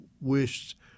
wished